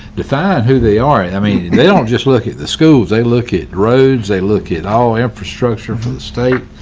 define who they are. i mean, they don't just look at the schools, they look at roads, they look at all infrastructure for the state.